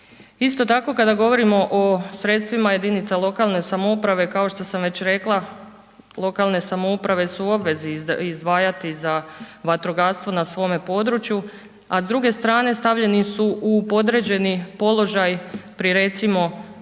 Isto tako kada govorimo o sredstvima jedinica lokalne samouprave, kao što sam već rekla, lokalne samouprave su u obvezi izdvajati za vatrogastvo na svome području, a s druge strane stavljeni su u podređeni položaj pri recimo